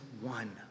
one